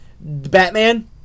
Batman